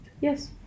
Yes